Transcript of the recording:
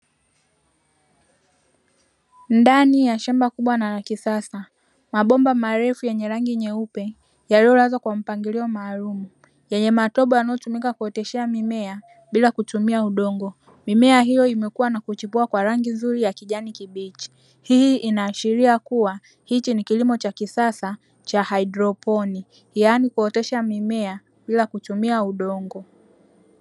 Ndani ya shamba kubwa na la kisasa, mabomba marefu yenye rangi nyeupe yaliyolazwa kwa mpangilio maalumu yenye matobo yanayotumika kuoteshea mimea bila kutumia udongo. Mimea hiyo imekua na kuchipua kwa rangi nzuri ya kijani kibichi. Hii inaashiria kuwa hichi ni kilimo cha kisasa cha haidroponi, yaani kuotesha mimea bila kutumia udongo.